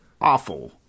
awful